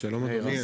שלום אדוני,